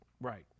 right